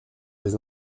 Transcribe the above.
des